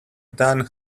done